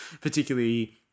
particularly